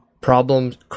problems